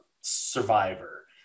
survivor